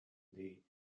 dei